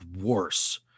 worse